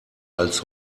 als